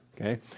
okay